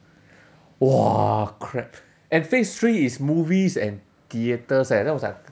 !wah! correct and phase three is movies and theatres eh then I was like